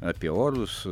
apie orus